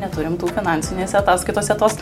neturim tų finansinėse ataskaitose tos